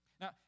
Now